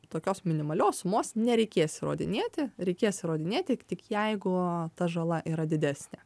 tokios minimalios sumos nereikės įrodinėti reikės įrodinėti tik jeigu ta žala yra didesnė